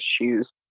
shoes